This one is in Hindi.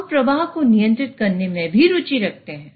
हम प्रवाह को नियंत्रित करने में भी रुचि रखते हैं